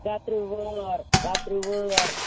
کَتریو وٲر کَتریو وٲر